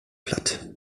platt